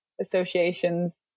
associations